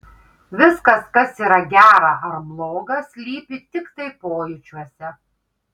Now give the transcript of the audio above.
viskas kas yra gera ar bloga slypi tiktai pojūčiuose